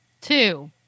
two